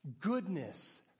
goodness